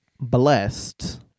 blessed